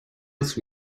its